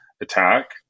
attack